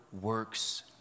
works